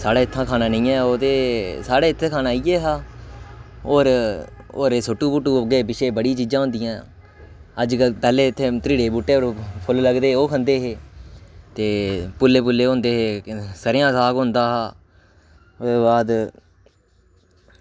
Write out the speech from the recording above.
साढ़ा इत्था खाना निं ऐ ओह् ते साढ़े इत्थें दा खाना इयै हा और और एह् सुट्टू गुट्टू होग्गे पीछे बड़ी चीजां होंदियां अजकल्ल पैह्ले इत्थें त्रिड़े बूह्टै पर फुल्ल लगदे हे ओह् खंदे हे ते पुल्ले पुल्ले होंदे हे ते सरेआं साग होंदा हा ओह्दे बाद